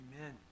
Amen